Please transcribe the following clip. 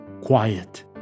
Quiet